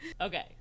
Okay